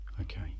Okay